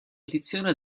edizione